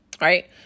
Right